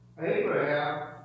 Abraham